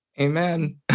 Amen